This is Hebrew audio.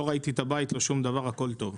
לא ראיתם את הבית, שום דבר הכל טוב.